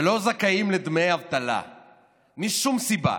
שלא זכאים לדמי אבטלה משום סיבה